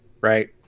right